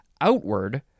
outward